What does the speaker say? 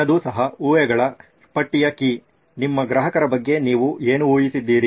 ಮುಂದಿನದು ಸಹ ಊಹೆಗಳ ಪಟ್ಟಿಯ ಕೀ ನಿಮ್ಮ ಗ್ರಾಹಕರ ಬಗ್ಗೆ ನೀವು ಏನು ಊಹಿಸಿದ್ದೀರಿ